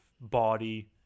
body